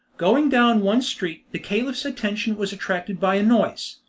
going down one street, the caliph's attention was attracted by a noise,